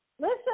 Listen